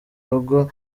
rugo